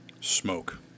Smoke